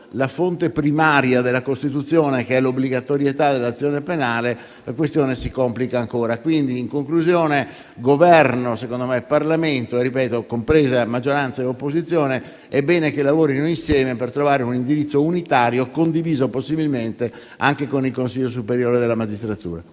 la fonte primaria della Costituzione, che è l'obbligatorietà dell'azione penale, la questione si complica ancora. Quindi, in conclusione, il Governo e il Parlamento, compresa maggioranza e opposizione, è bene che lavorino insieme per trovare un indirizzo unitario, condiviso possibilmente anche con il Consiglio superiore della magistratura.